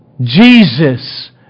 Jesus